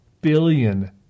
billion